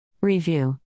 Review